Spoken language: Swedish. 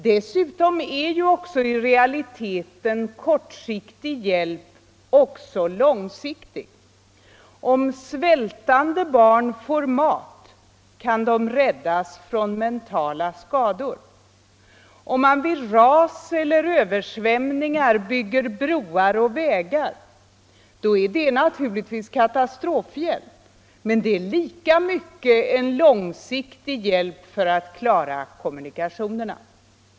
Dessutom är ju också kortsiktig hjälp i realiteten långsiktig. Om svältande barn får mat kan de räddas från mentala skador. Om man vid ras eller översvämningar bygger nya broar och vägar, är det naturligtvis katastrofhjälp, men det är lika mycket en långsiktig hjälp för att klara kommunikationerna.